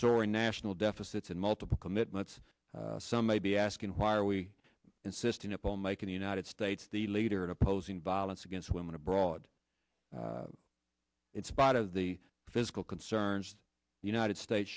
soaring national deficits and multiple commitments some may be asking why are we insisting upon making the united states the leader in opposing violence against women abroad in spite of the physical concerns the united states